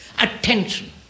attention